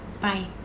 Bye